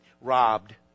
robbed